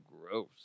gross